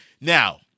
Now